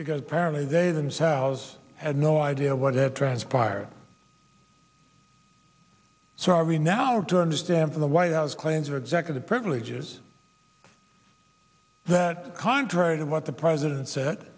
because apparently they themselves had no idea what had transpired so are we now do understand from the white house claims or executive privilege is that contrary to what the president said